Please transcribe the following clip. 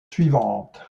suivantes